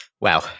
Wow